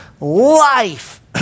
Life